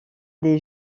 des